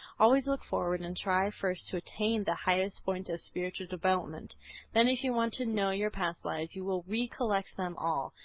always look forward and try first to attain to the highest point of spiritual development then if you want to know your past lives you will recollect them all.